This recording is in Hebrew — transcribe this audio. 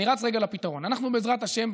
אני רץ רגע לפתרון: בעזרת השם,